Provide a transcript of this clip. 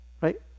right